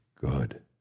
good